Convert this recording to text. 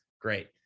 great